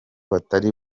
batari